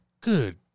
Good